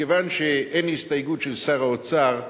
מכיוון שאין הסתייגות של שר האוצר,